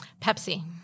Pepsi